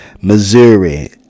Missouri